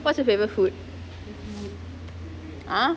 what's your favourite food !huh!